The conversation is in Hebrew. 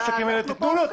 תנו לו אותה.